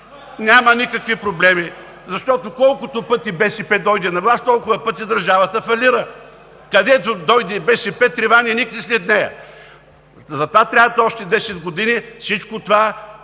няма никакви проблеми, защото колкото пъти БСП дойде на власт, толкова пъти държавата фалира. Където дойде БСП трева не никне след нея. Затова трябват още 10 години и всичко това